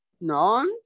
No